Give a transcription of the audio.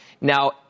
Now